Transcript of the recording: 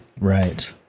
Right